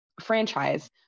franchise